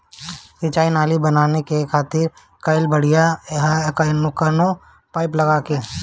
सिंचाई नाली बना के खेती कईल बढ़िया ह या कवनो पाइप लगा के?